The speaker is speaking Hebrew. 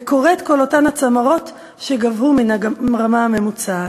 וכורת כל אותן הצמרות שגבהו מן הרמה הממוצעת,